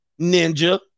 ninja